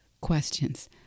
questions